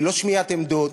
ללא שמיעת עמדות.